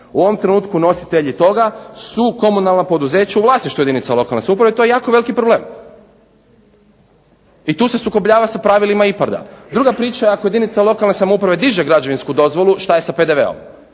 U ovom trenutku nositelji toga su komunalna poduzeća u vlasništvu jedinca lokalne samouprave i to je jako veliki problem i tu se sukobljava sa pravilima IPARD-a. Druga priča je ako jedinica lokalne samouprave diže građevinsku dozvolu šta je sa PDV-om.